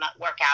workout